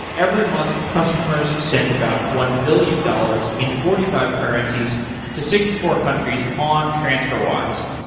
every month, customers send about one billion dollars in forty five currencies to sixty four countries on transferwise,